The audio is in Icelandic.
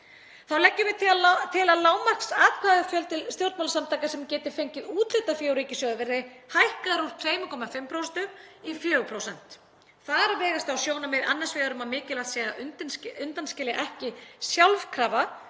Þá leggjum við til að lágmarksatkvæðafjöldi stjórnmálasamtaka sem geti fengið úthlutað fé úr ríkissjóði verði hækkaður úr 2,5% í 4%. Þar vegast á sjónarmið annars vegar um að mikilvægt sé að undanskilja ekki sjálfkrafa